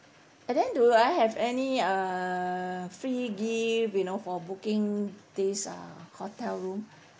and then do I have any uh free gift you know for booking this uh hotel room